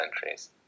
centuries